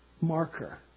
marker